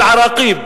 אל-עראקיב.